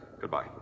goodbye